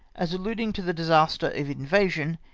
as alluding to the disaster of invasion,